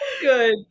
good